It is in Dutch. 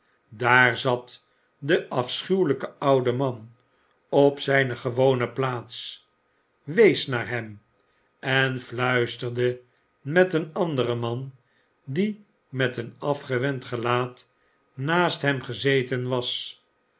daar zat de afschuwelijke oude man op zijne gewone plaats wees naar hem en fluisterde met een anderen man die met een afgewend gelaat naast hem gezeten was